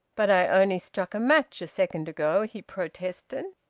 but i only struck a match a second ago, he protested.